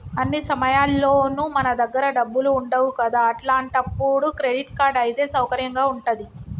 అన్ని సమయాల్లోనూ మన దగ్గర డబ్బులు ఉండవు కదా అట్లాంటప్పుడు క్రెడిట్ కార్డ్ అయితే సౌకర్యంగా ఉంటది